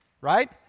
right